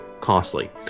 costly